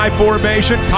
formation